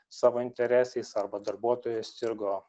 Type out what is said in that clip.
savo interesais arba darbuotojas sirgo